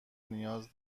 نیاز